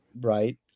right